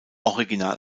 original